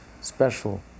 special